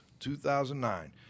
2009